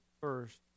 first